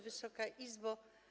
Wysoka Izbo!